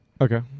Okay